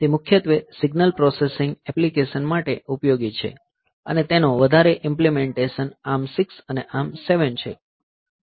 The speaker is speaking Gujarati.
તે મુખ્યત્વે સિગ્નલ પ્રોસેસિંગ એપ્લિકેશન્સ માટે ઉપયોગી છે અને તેનો વધારે ઇમ્પ્લીમેન્ટેશન ARM 6 અને ARM 7 છે